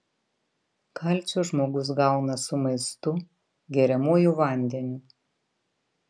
kalcio žmogus gauna su maistu geriamuoju vandeniu